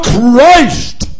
Christ